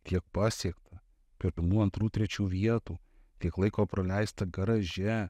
kiek pasiekta pirmų antrų trečių vietų tiek laiko praleista garaže